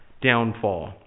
downfall